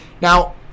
Now